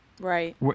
right